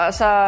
sa